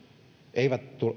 eivät